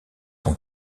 son